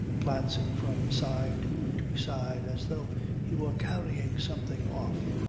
glancing from side to side as though he were carrying something off.